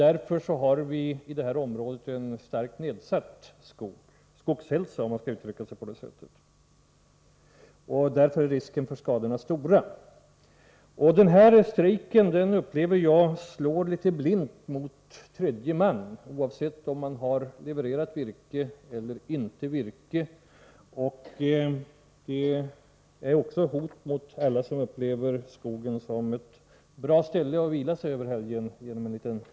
Därför har vi i detta område en starkt nedsatt ”skogshälsa”, om jag får uttrycka mig på det sättet. Risken för skador är stor. Den här strejken slår litet blint mot tredje man, oavsett om denne har levererat virke eller inte. Strejken är också ett hot mot alla som upplever skogen som ett bra ställe för vila och en liten promenad under helgen.